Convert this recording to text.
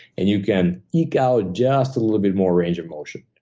and you can eke out just a little bit more range of motion.